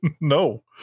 No